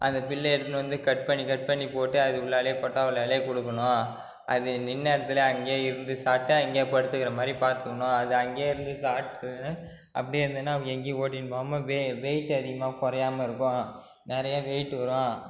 அந்த புல்ல எடுத்துன்னு வந்து கட் பண்ணி கட் பண்ணி போட்டு அதுக்கு உள்ளாலே கொட்டா உள்ளாலே கொடுக்குணும் அது நின்ற இடத்துல அங்கே இருந்து சாப்பிட்டு அங்கே படுத்துக்கிற மாதிரி பார்த்துக்குணும் அது அங்கே இருந்து சாப்பிட்டுகுன்னு அப்படியே இருந்ததுன்னா நம்ம எங்கேயும் ஓட்டின்னு போகாமல் வெ வெயிட் அதிகமாக குறையாம இருக்கும் நிறையா வெயிட் வரும்